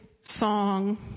song